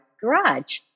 garage